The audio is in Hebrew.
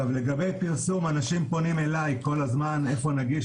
לגבי פרסום אנשים פונים אלי כל הזמן איפה נגיש,